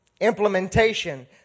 Implementation